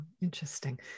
interesting